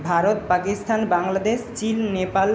Bharat Pakistan Bangladesh Chin Nepal